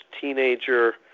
teenager